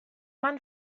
man